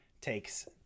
takes